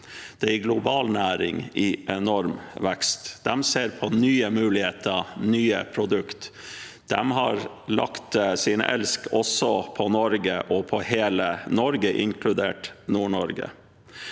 Det er en global næring i enorm vekst. Næringen ser på nye muligheter og nye produkt, og de har lagt sin elsk også på Norge – på hele Norge inkludert Nord-Norge.